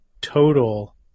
total